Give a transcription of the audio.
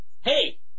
Hey